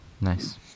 nice